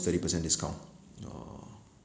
thirty percent discount uh